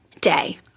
day